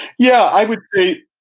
yeah, i would agree.